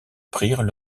prirent